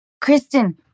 Kristen